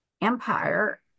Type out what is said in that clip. Empire